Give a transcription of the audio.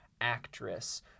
actress